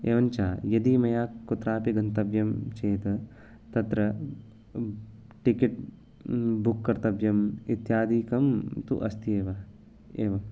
एवञ्च यदि मया कुत्रापि गन्तव्यं चेत् तत्र टिकेट् बुक् कर्तव्यम् इत्यादिकं तु अस्ति एव एवं